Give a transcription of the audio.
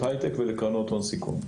שנמשך,